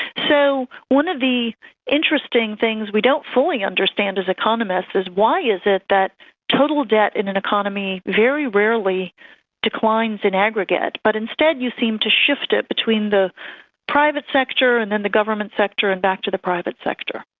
so one of the interesting things we don't fully understand as economists is why is it that total debt in an economy very rarely declines in aggregate, but instead you seem to shift it between the private sector and then the government sector and back to the private sector.